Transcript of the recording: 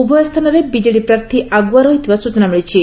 ଉଭୟ ସ୍ଚାନରେ ବିଜେଡି ପ୍ରାର୍ଥୀ ଆଗୁଆ ରହିଥିବା ସ୍ଚନା ମିଳିଛି